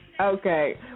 Okay